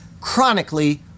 chronically